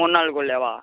மூன்று நாள்குள்ளேவா